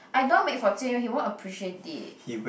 I don't want make for Jing-Wen he won't appreciate it